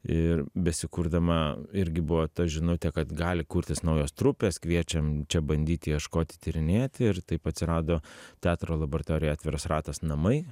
ir besikurdama irgi buvo ta žinutė kad gali kurtis naujos trupės kviečiam čia bandyti ieškoti tyrinėti ir taip atsirado teatro laboratorija atviras ratas namai